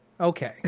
Okay